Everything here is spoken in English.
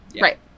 Right